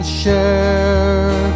share